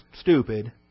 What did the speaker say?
stupid